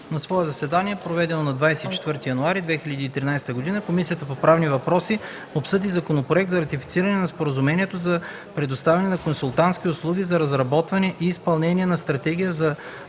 на свое заседание, проведено на 24 януари 2013 г., Комисията по правни въпроси обсъди Законопроект за ратифициране на Споразумението за предоставяне на консултантски услуги за разработване и изпълнение на стратегия за